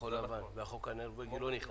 לכחול לבן, כשהחוק הנורבגי לא נכנס